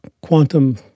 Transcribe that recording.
quantum